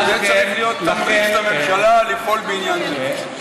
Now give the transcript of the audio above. זה צריך להיות נחוץ לממשלה לפעול בעניין זה.